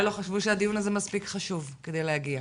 לא חשבו שהדיון הזה מספיק חשוב כדי להגיע.